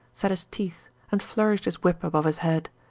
set his teeth, and flourished his whip above his head.